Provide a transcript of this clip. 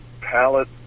pallet